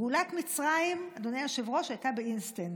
גאולת מצרים, אדוני היושב-ראש, הייתה באינסטנט.